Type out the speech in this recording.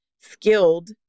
skilled